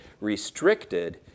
restricted